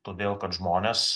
todėl kad žmonės